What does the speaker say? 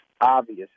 obvious